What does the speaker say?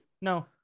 No